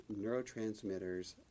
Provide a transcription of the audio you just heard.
neurotransmitters